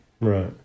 right